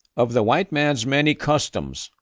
of the white man's many customs,